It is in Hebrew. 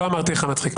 בבקשה סיים.